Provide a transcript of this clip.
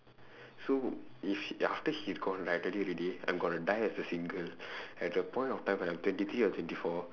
so if she after she's gone right I told you already I am gonna die as a single at the point of time when I am twenty three or twenty four